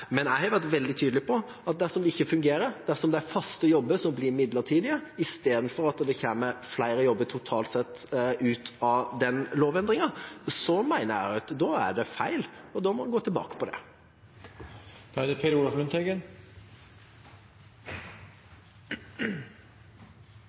Men jeg har vært veldig tydelig på at dersom det ikke fungerer, dersom det er faste jobber som blir midlertidige i stedet for at det kommer flere jobber totalt sett ut av lovendringen, mener jeg det er feil, og da må en gå tilbake på det. Vi erfarer økende forskjeller mellom folk. Det ser vi når vi er ute, og det